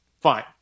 fine